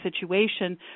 situation